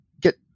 get